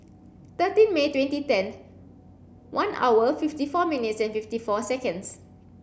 thirteen May twenty ten one hour fifty four minutes and fifty four seconds